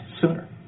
sooner